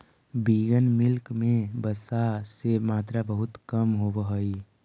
vegan milk में वसा के मात्रा बहुत कम होवऽ हइ